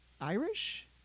Irish